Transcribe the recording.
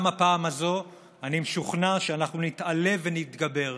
גם הפעם הזאת אני משוכנע שאנחנו נתעלה ונתגבר,